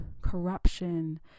corruption